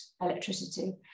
electricity